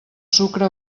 sucre